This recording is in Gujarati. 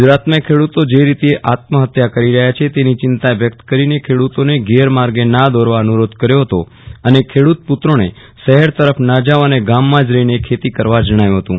ગુજરાતમાં ખેડૂતો જે રીતે આત્મહત્યા કરી રહ્યા છે તેની ચિંતા વ્યક્ત કરીને ખેડૂતોને ગેર માર્ગે ના દોરવા અનુરોધ કર્યો હતો અને ખેડૂત પુત્રો ને શહેર તરફ ના જાવા અને ગંદા માં જ રહી ને ખેતી કરવા જણાવ્યું હતું